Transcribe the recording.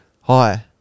hi